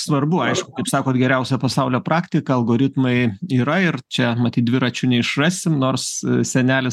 svarbu aišku kaip sakot geriausia pasaulio praktika algoritmai yra ir čia matyt dviračių neišrasim nors senelis